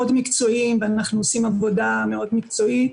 ואנחנו עושים עבודה מאוד מקצועית.